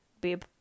babe